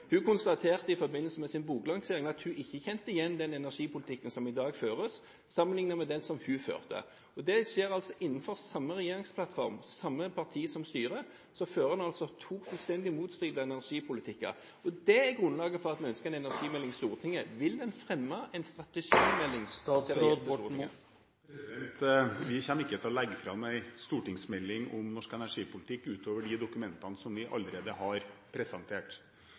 Hun konstaterte i forbindelse med sin boklansering at hun ikke kjente igjen den energipolitikken som i dag føres, sammenlignet med den som hun førte. Det skjer altså innenfor samme regjeringsplattform, og samme parti som styrer, at en fører en fullstendig motstridende energipolitikk. Det er grunnlaget for at vi ønsker en energimelding til Stortinget. Vil en fremme en strategimelding og legge den fram for Stortinget? Vi kommer ikke til å legge fram en stortingsmelding om norsk energipolitikk utover de dokumentene vi allerede har presentert.